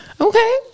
Okay